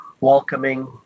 welcoming